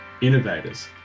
innovators